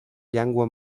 llengua